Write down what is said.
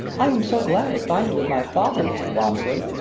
i am so glad to find you with my father, mr. walmsley,